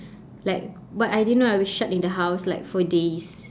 like but I didn't know I was shut in the house like for days